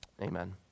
amen